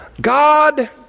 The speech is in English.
God